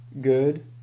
good